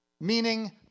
meaning